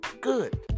good